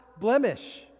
blemish